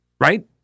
Right